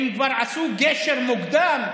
הם כבר עשו גשר מוקדם,